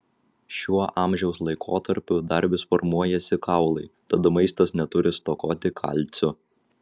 šiuo amžiaus laikotarpiu dar vis formuojasi kaulai tad maistas neturi stokoti kalcio